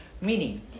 Meaning